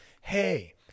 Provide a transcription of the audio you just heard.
hey